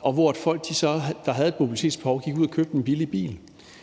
og folk, der havde et mobilitetsbehov, gik ud og købte en billig bil,